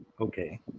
Okay